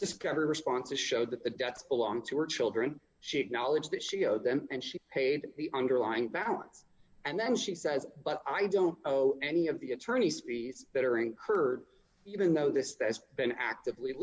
discovery responses showed that the debts belonged to her children she had knowledge that she owed them and she paid the underlying balance and then she says but i don't know any of the attorney's fees that are incurred even though this has been actively